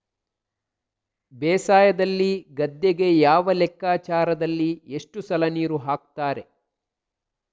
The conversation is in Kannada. ಬೇಸಾಯದಲ್ಲಿ ಗದ್ದೆಗೆ ಯಾವ ಲೆಕ್ಕಾಚಾರದಲ್ಲಿ ಎಷ್ಟು ಸಲ ನೀರು ಹಾಕ್ತರೆ?